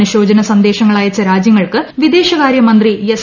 അനുശോചന സന്ദേശങ്ങളയച്ച രാജ്യങ്ങൾക്ക് വിദേശകാര്യ മന്ത്രി എസ്